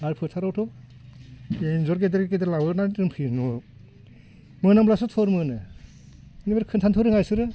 आरो फोथारावथ' एन्जर गेदेर गेदेर लाबोनानै दोनफैयो न'आव मोनामब्लासो थर मोनो नोर खिन्थानोथ' रोङा इसोरो